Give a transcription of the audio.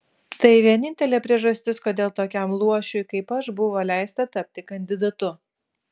tai vienintelė priežastis kodėl tokiam luošiui kaip aš buvo leista tapti kandidatu